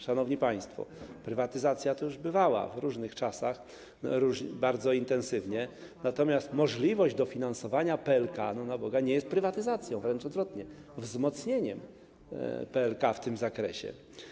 Szanowni państwo, prywatyzacja to już bywała w różnych czasach, bardzo intensywnie, natomiast możliwość dofinansowania PLK, na Boga, nie jest prywatyzacją, wręcz odwrotnie, wzmocnieniem PLK w tym zakresie.